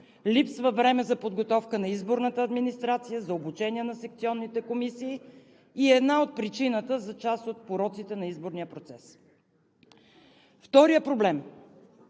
липсва време за подготовка на изборната администрация, за обучение на секционните комисии и е една от причините за част от пороците на изборния процес. Вторият проблем